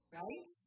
right